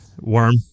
Worm